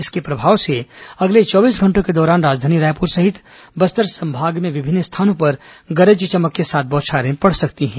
इसके प्रभाव से अगले चौबीस घंटों के दौरान राजधानी रायपुर सहित बस्तर संभाग विभिन्न स्थानों पर गरज चमक के साथ बौछारें पड़ सकती हैं